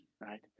right